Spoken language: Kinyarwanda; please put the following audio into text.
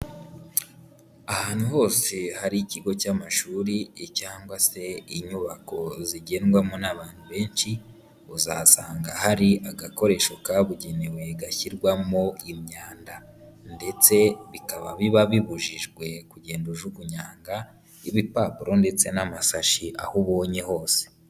Ahantu hose hari ikigo cy'amashuri cyangwa se inyubako zigendwamo n'abantu benshi, uzahasanga hari agakoresho kabugenewe gashyirwamo imyanda ndetse bikaba biba bibujijwe kugenda ujugunyanga ibipapuro ndetse n'amasashi aho ubonye hose.